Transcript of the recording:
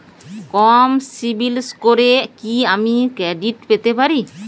কম CIBIL স্কোরে কি আমি ক্রেডিট পেতে পারি?